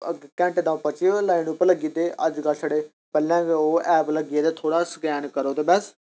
घैंटे द'ऊं पर्चियें पर लाई ओड़ो पर लग्गी जंदे अजकल छड़े पैह्लें गै ओह् ऐप लग्गे दे थोह्ड़ा स्कैन करो ते बस